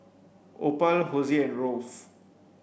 Opal Hosie and Rolf